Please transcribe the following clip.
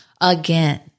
Again